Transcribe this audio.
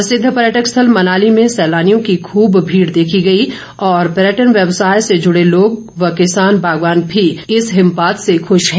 प्रसिद्ध पर्यटक स्थल मनाली में सैलानियों की खूब भीड़ देखी गई और पर्यटन व्यवसाय से जुड़े लोग व किसान बागवान भी इस हिमपात से खुश हैं